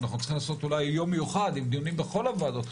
אנחנו צריכים לעשות אולי יום מיוחד עם דיונים בכל הוועדות,